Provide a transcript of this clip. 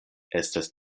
estas